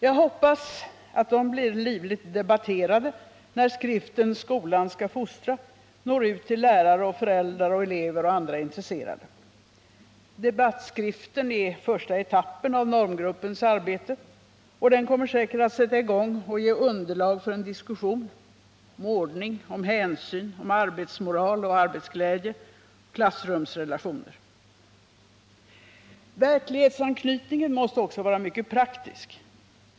Jag hoppas att de blir livligt debatterade, när skriften Skolan skall fostra når ut till lärare, föräldrar, elever och andra intresserade. Debattskriften är första etappen av normgruppens arbete, och den kommer säkert att sätta i gång och ge underlag för en diskussion om ordning och hänsyn, om arbetsmoral och arbetsglädje och om klassrumsrelationer. Verklighetsanknytningen måste också vara mycket praktisk.